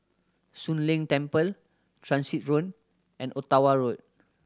Soon Leng Temple Transit Road and Ottawa Road